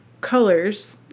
colors